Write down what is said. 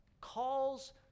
calls